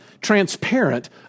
transparent